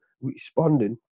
responding